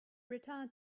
retired